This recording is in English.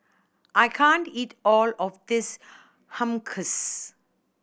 I can't eat all of this Hummus